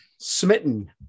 smitten